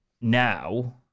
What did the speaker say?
now